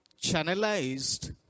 channelized